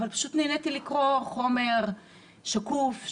אבל נהניתי לקרוא חומר שקוף,